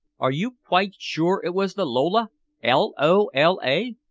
are you quite sure it was the lola l o l a?